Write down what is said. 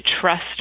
trust